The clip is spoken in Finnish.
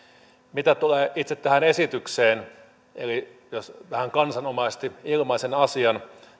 mitä tulee itse tähän esitykseen jos vähän kansanomaisesti ilmaisen asian